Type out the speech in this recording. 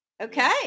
Okay